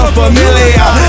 familiar